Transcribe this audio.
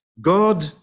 God